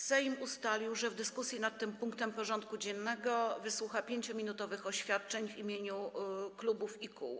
Sejm ustalił, że w dyskusji nad tym punktem porządku dziennego wysłucha 5-minutowych oświadczeń w imieniu klubów i kół.